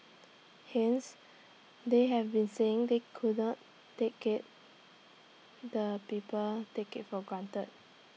hence they have been saying they could not take care the people take IT for granted